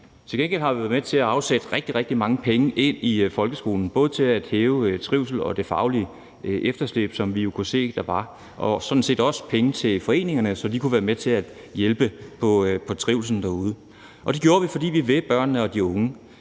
Til gengæld har vi været med til at afsætte rigtig, rigtig mange penge til folkeskolen, både til at hæve trivslen og indhente det faglige efterslæb, som vi jo kunne se der var. Vi har sådan set også givet penge til foreningerne, så de kunne være med til at hjælpe på trivslen derude. Det gjorde vi, fordi vi vil børnene og de unge,